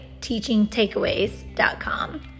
teachingtakeaways.com